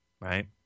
right